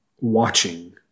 watching